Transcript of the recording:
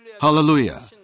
Hallelujah